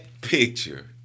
picture